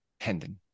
hendon